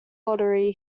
lottery